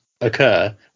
occur